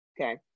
okay